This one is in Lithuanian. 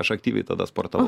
aš aktyviai tada sportavau